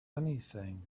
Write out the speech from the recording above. anything